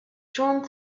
john